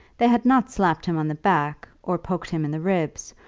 they had not slapped him on the back, or poked him in the ribs,